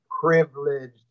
privileged